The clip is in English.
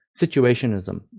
situationism